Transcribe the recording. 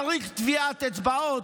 צריך טביעת אצבעות,